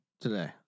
today